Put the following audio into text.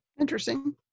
Interesting